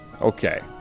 Okay